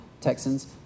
Texans